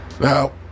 Now